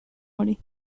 hori